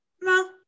no